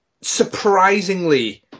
surprisingly